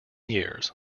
years